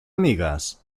amigues